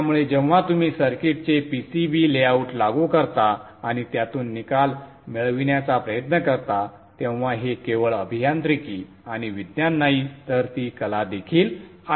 त्यामुळे जेव्हा तुम्ही सर्किटचे PCB लेआउट लागू करता आणि त्यातून निकाल मिळविण्याचा प्रयत्न करता तेव्हा हे केवळ अभियांत्रिकी आणि विज्ञान नाही तर ती कला देखील आहे